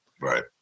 Right